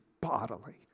bodily